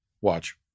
watch